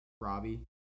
Robbie